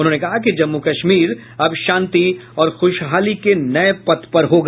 उन्होंने कहा कि जम्मू कश्मीर अब शांति और ख़्शहाली के नये पथ पर होगा